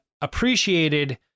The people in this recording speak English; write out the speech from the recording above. appreciated